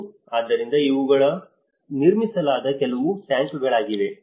ಮತ್ತು ಆದ್ದರಿಂದ ಇವುಗಳು ನಿರ್ಮಿಸಲಾದ ಕೆಲವು ಟ್ಯಾಂಕ್ಗಳಾಗಿವೆ